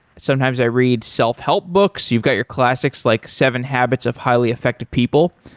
sometimes i read self-help books. you've got your classics like seven habits of highly effective people.